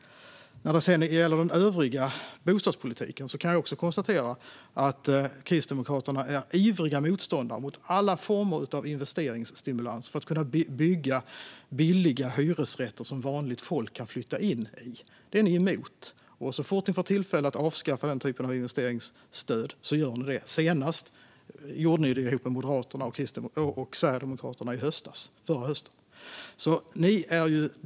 När det gäller den övriga bostadspolitiken kan jag också konstatera att Kristdemokraterna är ivriga motståndare till alla former av investeringsstimulans för att man ska kunna bygga billiga hyresrätter som vanligt folk kan flytta in i. Det är ni emot, Larry Söder. Och så fort ni får tillfälle att avskaffa den typen av investeringsstöd gör ni det. Det gjorde ni senast förra hösten tillsammans med Moderaterna och Sverigedemokraterna.